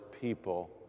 people